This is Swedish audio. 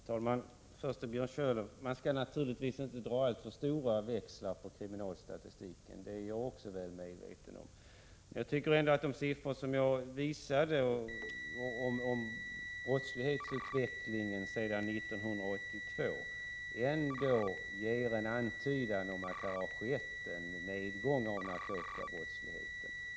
Herr talman! Först till Björn Körlof: Man skall naturligtvis inte dra alltför stora växlar på kriminalstatistiken; det är också jag väl medveten om. Men jag tycker ändå att de siffror jag visade om brottslighetsutvecklingen sedan 1982 ger en antydan om att det har skett en nedgång av narkotikabrottsligheten.